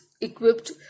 equipped